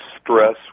stress